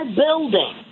building